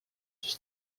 siis